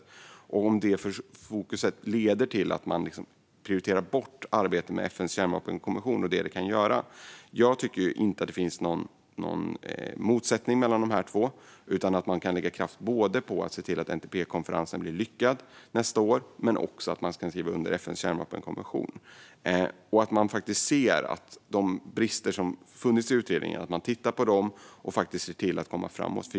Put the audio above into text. Jag undrar om detta fokus kan leda till att man prioriterar bort arbetet med FN:s kärnvapenkonvention och det den kan göra. Jag tycker att det inte finns någon motsättning mellan dessa två utan att man kan lägga kraft på att se till att NPT-konferensen nästa år blir lyckad men också på att skriva under FN:s kärnvapenkonvention. Det är viktigt att man ser de brister som funnits i utredningen, tittar på dem och ser till att komma framåt.